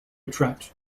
attract